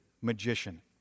magician